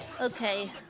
Okay